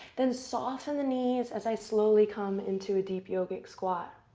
then soften the knees as i slowly come into a deep yogic squat.